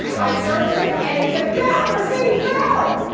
i searched it and it said, ballot received valid!